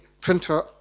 printer